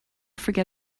forget